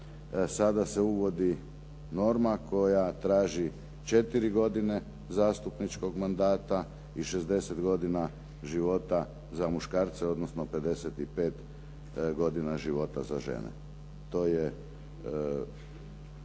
sada se uvodi norma koja traži 4 godine zastupničkog mandata i 60 godina života za muškarce, odnosno 55 godina života za žene. To je